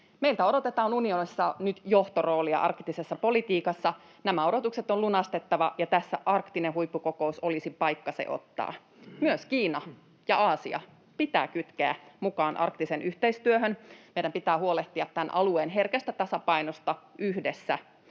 Meiltä odotetaan unionissa nyt johtoroolia arktisessa politiikassa. Nämä odotukset on lunastettava, ja tässä arktinen huippukokous olisi paikka se ottaa. Myös Kiina ja Aasia pitää kytkeä mukaan arktiseen yhteistyöhön. Meidän pitää huolehtia tämän alueen herkästä tasapainosta yhdessä.